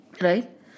right